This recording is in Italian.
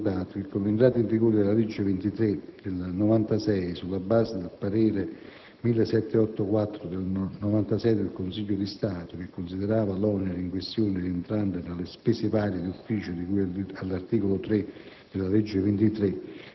va preliminarmente ricordato che con l'entrata in vigore della legge 11 gennaio 1996, n. 23, sulla base del parere n. 1784 del 1996 del Consiglio di Stato, che considerava l'onere in questione rientrante tra le «spese varie d'ufficio», di cui all'articolo 3